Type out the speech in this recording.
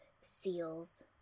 seals